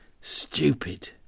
Stupid